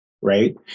Right